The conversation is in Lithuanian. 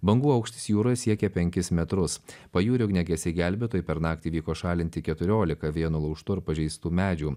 bangų aukštis jūroj siekia penkis metrus pajūrio ugniagesiai gelbėtojai per naktį vyko šalinti keturiolika vėjo nulaužtų ir pažeistų medžių